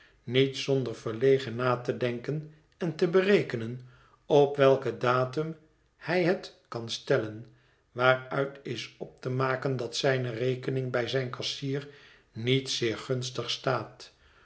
niet zonder verlegen na te denken en te berekenen op welken datum hij het zal stellen waaruit is op te maken dat zijne rekening bij zijn kassier niet zeer gunstig staat